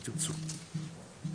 אם תרצו.